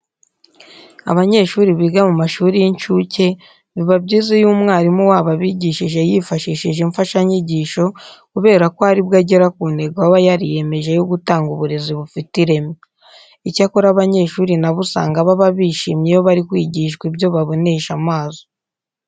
Abanyeshuri biga mu mashuri y'incuke, biba byiza iyo umwarimu wabo abigishije yifashishije imfashanyigisho kubera ko ari bwo agera ku ntego aba yariyemeje yo gutanga uburezi bufite ireme. Icyakora abanyeshuri na bo usanga baba bishimye iyo bari kwigiswa ibyo babonesha amaso.